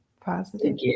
Positive